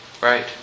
Right